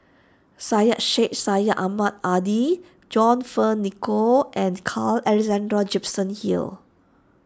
Syed Sheikh Syed Ahmad Adi John Fearns Nicoll and Carl Alexander Gibson Hill